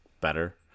better